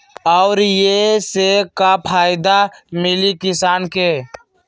और ये से का फायदा मिली किसान के?